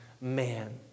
man